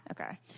okay